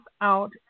out